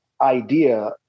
idea